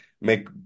make